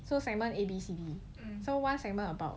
so segment A B C D so one segment about